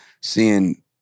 seeing